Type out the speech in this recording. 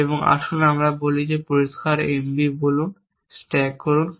এবং আসুন আমরা বলি পরিষ্কার M B বলুন স্ট্যাক করুন